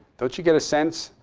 don't you get a sense?